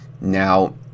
now